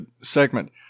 segment